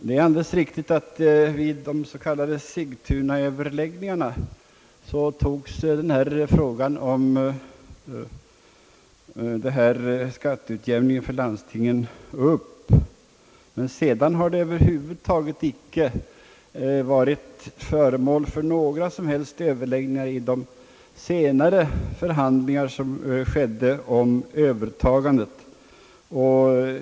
Det är alldeles riktigt att frågan om skatteutjämningsbidraget till landstingen togs upp vid de s.k. Sigtunaöverläggningarna, men den har icke varit föremål för några som helst överläggningar under de senare förhandlingarna i samband med övertagandet.